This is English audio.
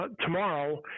tomorrow